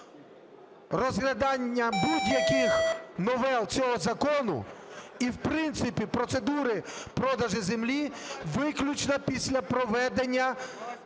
Розглядання будь-яких новел цього закону і, в принципі, процедури продажу землі – виключно після проведення